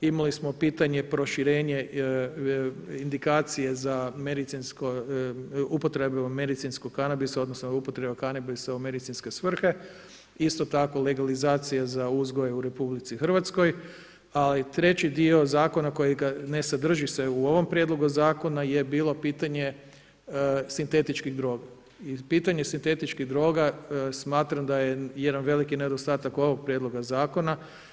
Imali smo pitanje proširenje indikacije za upotrebu medicinskog kanabisa odnosa upotreba kanabisa u medicinske svrhe, isto tako legalizacija za uzgoj u RH, ali treći dio Zakona kojega ne sadrži se u ovom Prijedlogu zakona je bilo pitanje sintetičkih droga i pitanje sintetičkih droga smatram da je jedan veliki nedostatak ovog Prijedloga zakona.